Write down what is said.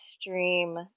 stream